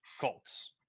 Colts